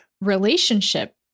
relationship